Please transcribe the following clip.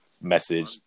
message